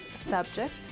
subject